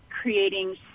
creating